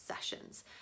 sessions